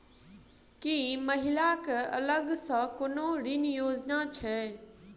की महिला कऽ अलग सँ कोनो ऋण योजना छैक?